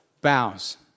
bows